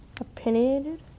Opinionated